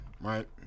right